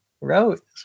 wrote